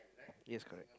yes correct